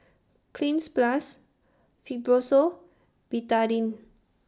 Cleanz Plus Fibrosol Betadine